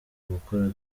gukora